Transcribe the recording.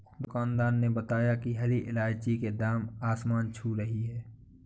दुकानदार ने बताया कि हरी इलायची की दाम आसमान छू रही है